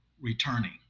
returning